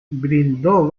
brindó